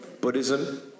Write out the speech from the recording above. buddhism